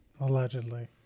Allegedly